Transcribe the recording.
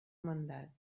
mandat